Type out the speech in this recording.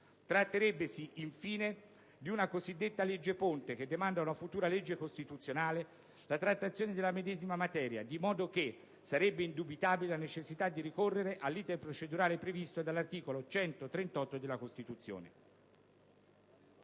Tratterebbesi, infine, di una cosiddetta legge ponte che demanda a una futura legge costituzionale la trattazione della medesima materia, di modo che sarebbe indubitabile la necessità di ricorrere all'*iter* procedurale previsto dall'articolo 138 della Costituzione.